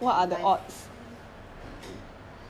要看看你有没有做善事